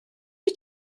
wyt